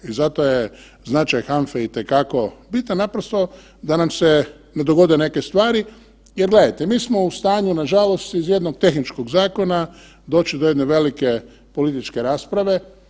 I zato je značaj HANFE i te kako bitan naprosto da nam se ne dogode neke stvari jer gledajte mi smo u stanju nažalost iz jednog tehničkog zakona doći do jedne velike političke rasprave.